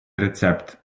рецепт